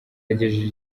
yagejeje